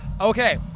okay